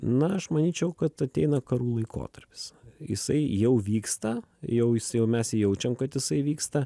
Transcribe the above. na aš manyčiau kad ateina karų laikotarpis jisai jau vyksta jau jis jau mes jaučiam kad jisai vyksta